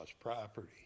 property